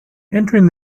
entering